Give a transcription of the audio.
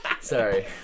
Sorry